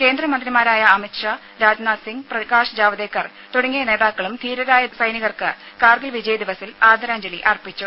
കേന്ദ്രമന്ത്രിമാരായ അമിത് ഷാ രാജ്നാഥ് സിംഗ് പ്രകാശ് ജാവ്ദേക്കർ തുടങ്ങിയ നേതാക്കളും ധീരരായ സൈനികർക്ക് കാർഗിൽ വിജയ് ദിവസിൽ ആദരാഞ്ജലി അർപ്പിച്ചു